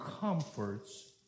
comforts